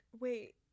Wait